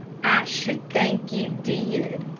i should think you did,